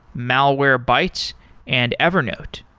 malwarebytes and evernote.